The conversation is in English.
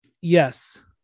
Yes